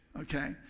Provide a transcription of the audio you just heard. okay